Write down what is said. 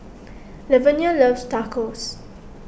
Lavenia loves Tacos